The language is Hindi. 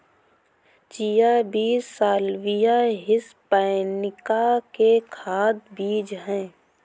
चिया बीज साल्विया हिस्पैनिका के खाद्य बीज हैं